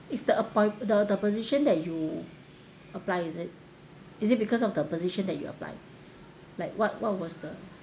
is the appoint~ the the position that you apply is it is it because of the position that you apply like what what was the